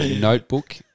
Notebook